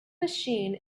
machine